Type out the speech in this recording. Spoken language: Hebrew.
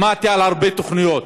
שמעתי על הרבה תוכניות